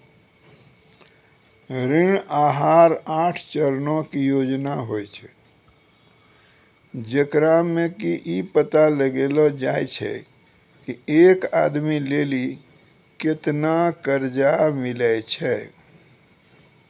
ऋण आहार आठ चरणो के योजना होय छै, जेकरा मे कि इ पता लगैलो जाय छै की एक आदमी लेली केतना कर्जा मिलै छै